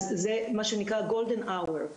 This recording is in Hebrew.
זה מה שנקרא golden hour.